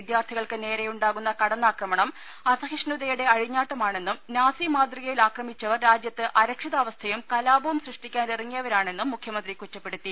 വിദ്യാർത്ഥികൾക്ക് നേരെയുണ്ടാകുന്ന കടന്നാ ക്രമണം അസഹിഷ്ണുതയുടെ അഴിഞ്ഞാട്ടമാണെന്നും നാസി മാതൃകയിൽ ആക്രമിച്ചവർ രാജ്യത്ത് അരക്ഷിതാവസ്ഥയും കലാ പവും സൃഷ്ടിക്കാൻ ഇറങ്ങിയവരാണെന്നും മുഖ്യമന്ത്രി കുറ്റപ്പെ ടുത്തി